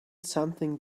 something